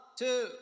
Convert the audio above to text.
two